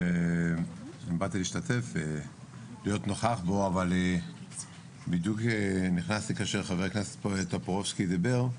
באתי להשתתף ולהיות נוכח בו אבל בדיוק נכנסתי כאשר ח"כ טופורובסקי דיבר,